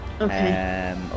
Okay